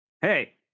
Hey